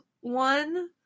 one